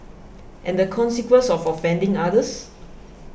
and the consequence of offending others